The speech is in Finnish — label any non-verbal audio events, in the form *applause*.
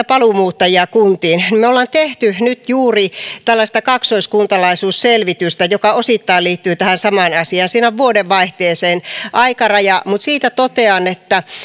*unintelligible* paluumuuttajia kuntiin me olemme nyt tehneet juuri tällaista kaksoiskuntalaisuusselvitystä joka osittain liittyy tähän samaan asiaan siinä on vuodenvaihteeseen aikaraja siitä totean että